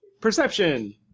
Perception